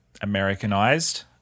Americanized